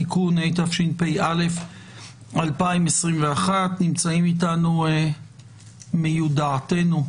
תיקון התשפ"א 2021. נמצאים איתנו מיודעתנו,